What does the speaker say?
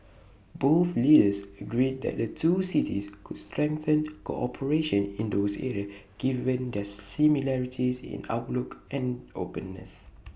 both leaders agreed that the two cities could strengthen cooperation in those areas given their similarities in outlook and openness